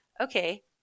Okay